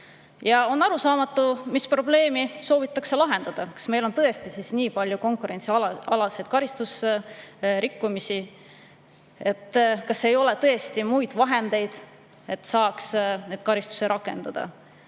hoida. On arusaamatu, mis probleemi soovitakse lahendada. Kas meil on tõesti nii palju konkurentsialaseid karistust [väärivaid] rikkumisi? Kas ei ole tõesti muid vahendeid, et saaks neid karistusi rakendada?